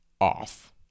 off